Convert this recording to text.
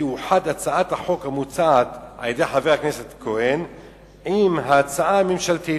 תאוחד הצעת החוק המוצעת על-ידי חבר הכנסת כהן עם ההצעה הממשלתית,